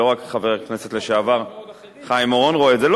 שלא רק חבר הכנסת לשעבר חיים אורון רואה את זה,